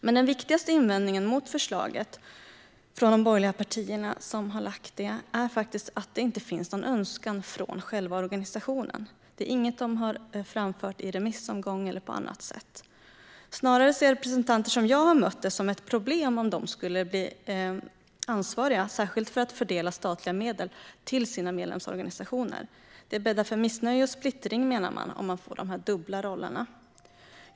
Men den viktigaste invändningen mot förslaget från de borgerliga partierna är att det inte finns någon önskan från själva organisationen. Det är inget de har framfört i remissomgång eller på annat sätt. Snarare ser representanter jag har mött det som ett problem om de skulle bli ansvariga särskilt för att fördela statliga medel till sina medlemsorganisationer. Det bäddar för missnöje och splittring om man får de dubbla rollerna, menar man.